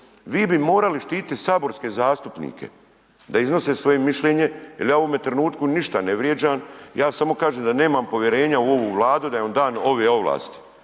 vi bi morali štititi saborske zastupnike da iznose svoje mišljenje jel ja u ovome trenutku ništa ne vrijeđam, ja samo kažem da nemam povjerenja u ovu Vladu da joj dam ove ovlasti.